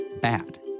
bad